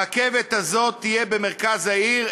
הרכבת הזאת תהיה במרכז העיר,